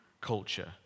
culture